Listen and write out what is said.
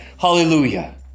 hallelujah